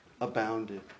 abounded